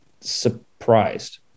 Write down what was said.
surprised